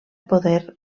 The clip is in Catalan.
poder